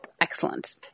excellent